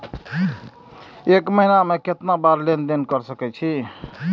एक महीना में केतना बार लेन देन कर सके छी?